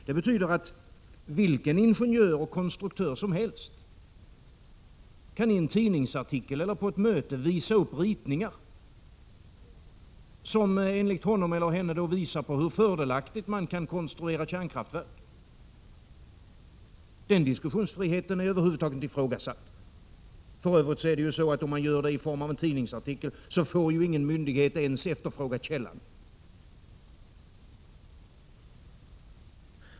Det betyder att vilken ingenjör eller konstruktör som helst kan i en tidningsartikel eller på ett möte visa upp ritningar som enligt honom eller henne visar hur fördelaktigt man kan konstruera kärnkraftverk. Den diskussionsfriheten är över huvud taget inte ifrågasatt. För övrigt är det så att om man gör det i form av en tidningsartikel får ingen myndighet ens efterfråga källan!